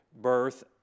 birth